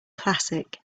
classic